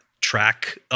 track